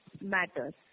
matters